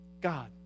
god